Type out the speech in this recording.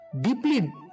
deeply